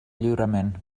lliurament